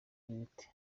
z’ibiti